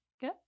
Good